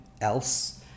else